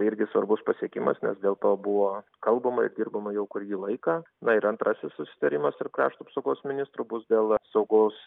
irgi svarbus pasiekimas nes dėl to buvo kalbama ir dirbama jau kurį laiką na ir antrasis susitarimas tarp krašto apsaugos ministrų bus dėl saugaus